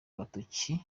agatoki